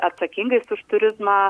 atsakingais už turizmą